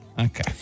Okay